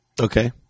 Okay